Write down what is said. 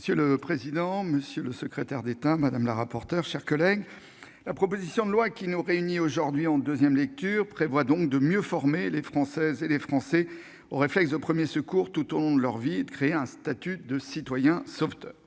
Monsieur le président, monsieur le secrétaire d'État, chers collègues, la proposition de loi que nous examinons aujourd'hui en deuxième lecture prévoit de mieux former les Françaises et les Français aux réflexes de premiers secours, tout au long de leur vie, et de créer un statut de « citoyen sauveteur